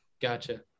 Gotcha